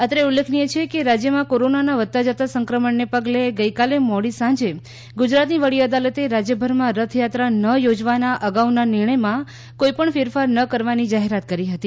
અત્રે ઉલ્લેખનીય છે કે રાજ્યમાં કોરોનાના વધતા જતાં સંક્રમણને પગલે ગઇકાલે મોડી સાંજે ગુજરાતની વડી અદાલતે રાજ્યભરમાં રથયાત્રા ન યોજવાના અગાઉના નિર્ણયમાં કોઇપણ ફેરફાર ન કરવાની જાહેરાત કરી હતી